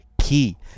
key